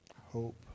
hope